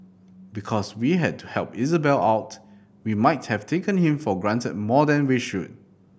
because we had to help Isabelle out we might have taken him for granted more than we should